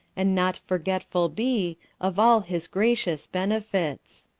and not forgetful be of all his gracious benefits.